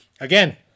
again